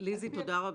ליזי, תודה רבה.